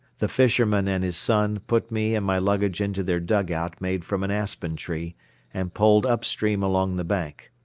the fisherman and his son put me and my luggage into their dugout made from an aspen tree and poled upstream along the bank.